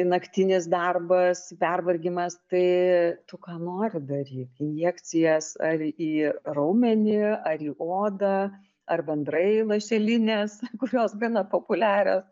naktinis darbas pervargimas tai tu ką nori daryk injekcijas ar į raumenį ar į odą ar bendrai lašelinės kurios gana populiarios